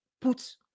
put